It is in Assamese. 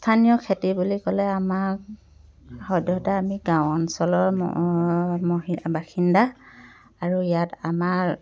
স্থানীয় খেতি বুলি ক'লে আমাক সদ্যহতে আমি গাঁও অঞ্চলৰ মই মহিলা বাসিন্দা আৰু ইয়াত আমাৰ